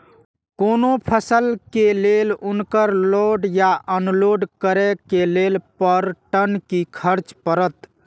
कोनो फसल के लेल उनकर लोड या अनलोड करे के लेल पर टन कि खर्च परत?